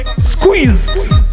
squeeze